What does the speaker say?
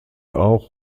auch